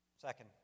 Second